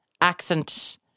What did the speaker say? accent